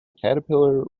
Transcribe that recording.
caterpillar